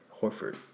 Horford